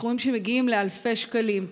סכומים שמגיעים לאלפי שקלים.